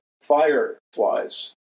fireflies